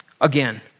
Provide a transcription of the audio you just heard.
Again